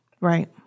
Right